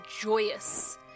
joyous